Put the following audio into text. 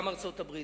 גם ארצות-הברית,